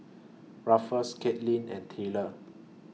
Ruffus Katelin and Tayler